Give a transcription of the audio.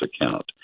account